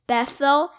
Bethel